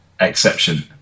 exception